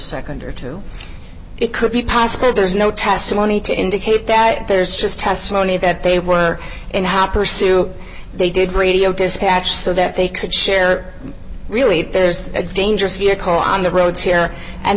a nd or two it could be possible there's no testimony to indicate that there's just testimony that they were in how to pursue they did radio dispatch so that they could share really there's a dangerous vehicle on the roads here and